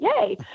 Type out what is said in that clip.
Yay